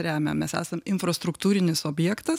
remia mės esam infrastruktūrinis objektas